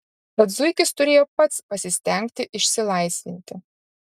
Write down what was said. tad zuikis turėjo pats pasistengti išsilaisvinti